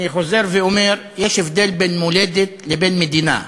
אני חוזר ואומר, יש הבדל בין מולדת לבין מדינה,